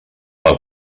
pel